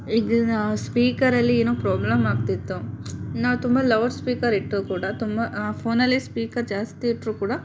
ಇದನ್ನು ಸ್ಪೀಕರಲ್ಲಿ ಏನೋ ಪ್ರಾಬ್ಲಮ್ ಆಗ್ತಿತ್ತು ನಾವು ತುಂಬ ಲೌಡ್ ಸ್ಪೀಕರ್ ಇಟ್ಟರೂ ಕೂಡ ತುಂಬ ಫೋನಲ್ಲಿ ಸ್ಪೀಕರ್ ಜಾಸ್ತಿ ಇಟ್ಟರೂ ಕೂಡ